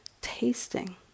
tasting